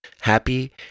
Happy